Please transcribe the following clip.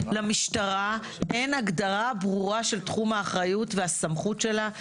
למשטרה אין הגדרה ברורה של תחום האחריות והסמכות שלה.